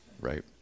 right